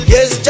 Yes